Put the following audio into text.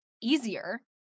easier